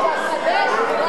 תתחדש.